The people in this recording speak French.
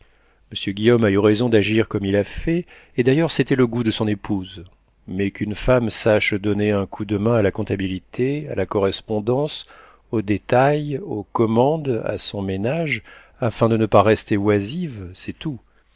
monsieur guillaume a eu raison d'agir comme il a fait et d'ailleurs c'était le goût de son épouse mais qu'une femme sache donner un coup de main à la comptabilité à la correspondance au détail aux commandes à son ménage afin de ne pas rester oisive c'est tout